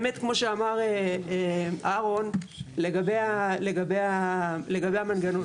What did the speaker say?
באמת כמו שאמר אהרן לגבי המנגנון.